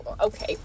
Okay